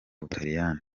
butaliyani